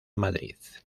madrid